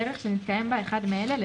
דרך שנתקיים בה אחד מאלה,